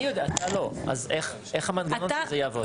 אני יודע, אתה לא, אז איך המנגנון הזה יעבוד?